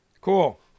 Cool